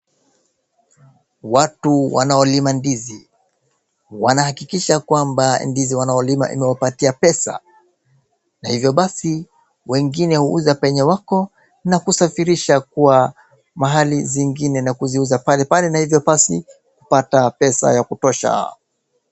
Watu wanaolima ndizi wanahakikisha kwamba ndizi wanaolima inawapatia pesa, na hivyo basi wengine huuza penye wako na kusafirisha kwa mahali zingine na kuziuza pale pale na hivyo basi kupata pesa ya kutosha.